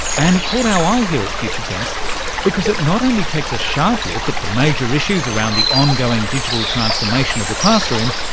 and it caught our eye here at future tense because it not only takes a sharp look at the major issues around the ongoing digital transformation of the classroom,